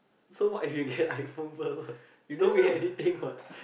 so what if you get iPhone first you don't get anything [what]